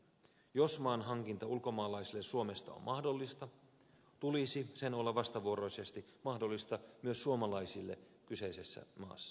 jos maanhankinta ulkomaalaiselle suomesta on mahdollista tulisi sen olla vastavuoroisesti mahdollista myös suomalaisille kyseisessä maassa